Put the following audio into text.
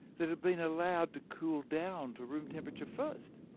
that had been allowed to cool down to room temperature first.